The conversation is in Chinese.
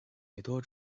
委托